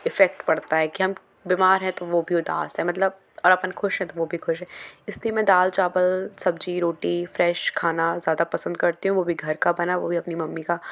effect पड़ता है कि हम बीमार है तो वो भी उदास हैं मतलब और अपन खुश है तो वो भी खुश हैं इसलिए मैं दाल चावल सब्जी रोटी फ्रेश खाना ज़्यादा पसंद करती हूँ वो भी घर का बना वो भी अपनी मम्मी का